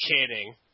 kidding